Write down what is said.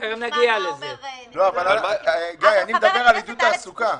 תיכף מה אומר נציג --- אני דיברתי על עידוד תעסוקה.